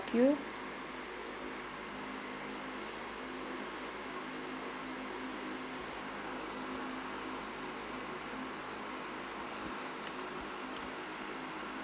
you